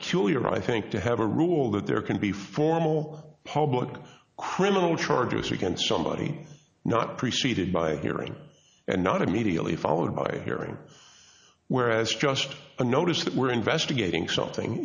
peculiar i think to have a rule that there can be formal public criminal charges against somebody not preceded by a hearing and not immediately followed by hearing whereas just a notice that we're investigating something